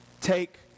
take